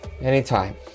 anytime